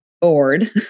bored